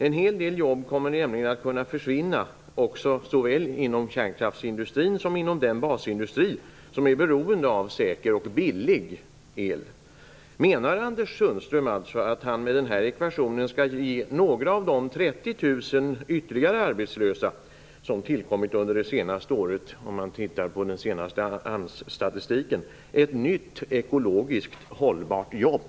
En hel del jobb kommer nämligen att försvinna, såväl inom kärnkraftsindustrin som inom den basindustri som är beroende av säker och billig el. Menar Anders Sundström alltså att han med den här ekvationen skall ge några av de 30 000 ytterligare arbetslösa, som tillkommit under det senaste året enligt den senaste AMS-statistiken, ett nytt ekologiskt hållbart jobb?